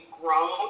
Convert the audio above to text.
grown